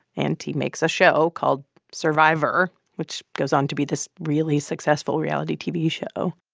and he makes a show called survivor, which goes on to be this really successful reality tv show